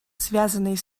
связанной